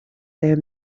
their